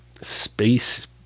space